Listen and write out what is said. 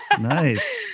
nice